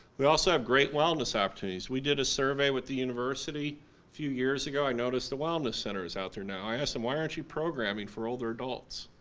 we also have great wellness opportunities. we did a survey with the university a few years ago, i noticed the wellness center is out there now. i asked them why aren't you programming for older adults?